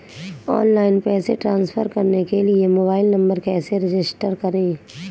Online पैसे transfer करने के लिए मोबाइल नंबर कैसे रजिस्टर करें?